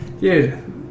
dude